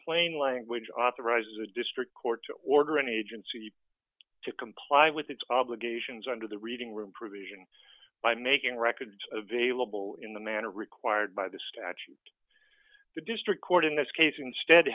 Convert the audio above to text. plain language authorizes a district court to order any agency to comply with its obligations under the reading room provision by making records available in the manner required by the statute the district court in this case instead